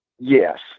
Yes